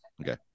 Okay